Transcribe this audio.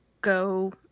go